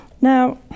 Now